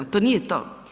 To nije to.